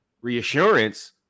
reassurance